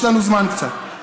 יש לנו קצת זמן: